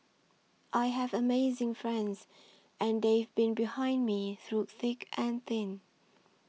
I have amazing friends and they've been behind me through thick and thin